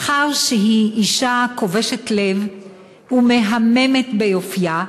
מאחר שהיא אישה כובשת לב ומהממת ביופייה,